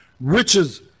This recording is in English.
riches